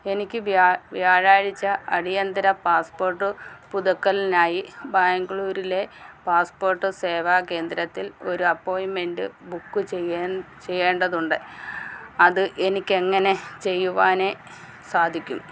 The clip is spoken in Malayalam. എനിക്ക് വ്യാ വ്യാഴാഴ്ച്ച അടിയന്തര പാസ്പോർട്ട് പുതുക്കലിനായി ബാഗ്ലൂരിലെ പാസ്പോർട്ട് സേവാ കേന്ദ്രത്തിൽ ഒരു അപ്പോയിൻറ്മെന്റ് ബുക്ക് ചെയ്യേന് ചെയ്യേണ്ടതുണ്ട് അത് എനിക്ക് എങ്ങനെ ചെയ്യുവാൻ സാധിക്കും